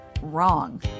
Wrong